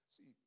See